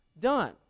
done